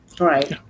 Right